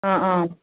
ꯑꯥ ꯑꯥ